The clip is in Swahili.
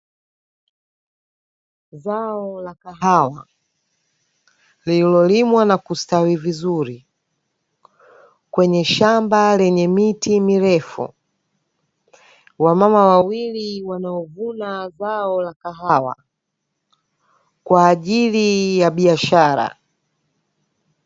Zao la kahawa lililolimwa na kustawi vizuri kwenye shamba lenye miti mirefu, wamama wawili wanao vuna zao la kahawa kwaajili ya biashara.